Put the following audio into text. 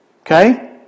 Okay